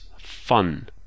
fun